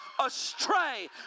astray